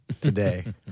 today